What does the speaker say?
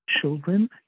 Children